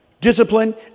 Discipline